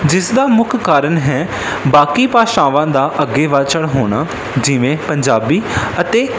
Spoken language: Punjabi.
ਜਿਸ ਦਾ ਮੁੱਖ ਕਾਰਨ ਹੈ ਬਾਕੀ ਭਾਸ਼ਾਵਾਂ ਦਾ ਅੱਗੇ ਵਾਚਣ ਹੋਣਾ ਜਿਵੇਂ ਪੰਜਾਬੀ ਅਤੇ